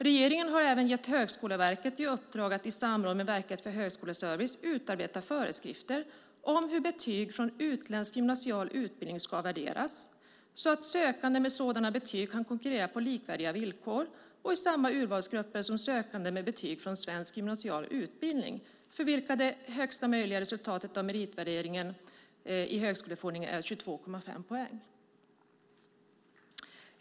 Regeringen har även gett Högskoleverket i uppdrag att i samarbete med Verket för högskoleservice utarbeta föreskrifter om hur betyg från utländsk gymnasial utbildning ska värderas, så att sökande med sådana betyg kan konkurrera på likvärdiga villkor och i samma urvalsgrupper som sökande med betyg från svensk gymnasial utbildning, för vilka det högsta möjliga resultatet av meritvärderingen enligt högskoleförordningen är 22,5 poäng.